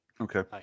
okay